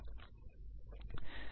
nynx0